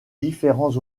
différents